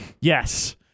Yes